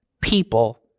people